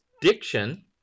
diction